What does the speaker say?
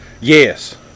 Yes